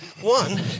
One